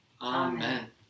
Amen